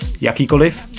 jakýkoliv